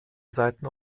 seiten